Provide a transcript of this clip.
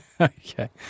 Okay